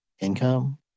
income